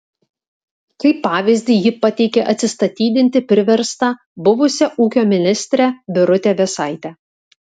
kaip pavyzdį ji pateikė atsistatydinti priverstą buvusią ūkio ministrę birutę vėsaitę